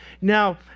Now